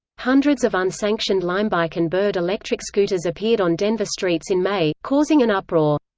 hundreds of unsanctioned limebike and bird electric scooters appeared on denver streets in may, causing an uproar.